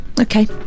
Okay